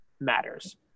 matters